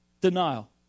Denial